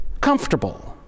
comfortable